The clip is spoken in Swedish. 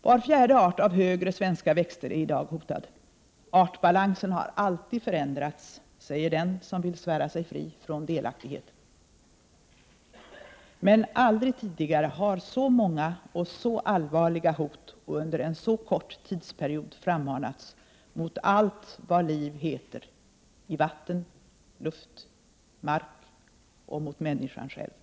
Var fjärde art av högre svenska växter är i dag hotad. Artbalansen har alltid förändrats, säger den som vill svära sig fri från delaktighet. Men aldrig tidigare har så många och så allvarliga hot under en så kort tidsperiod frammanats mot allt vad livet heter — i vatten, i luft och på mark och mot = Prot. 1988/89:11 människan själv.